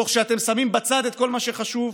תוך שאתם שמים בצד את כל מה שחשוב?